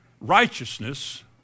righteousness